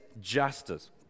justice